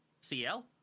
CL